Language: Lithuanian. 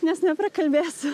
nes neprakalbėsiu